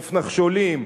חוף נחשולים,